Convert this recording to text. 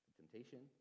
temptation